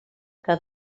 que